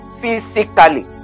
physically